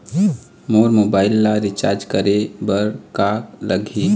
मोर mobile ला recharge करे बर का लगही?